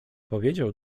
powiedział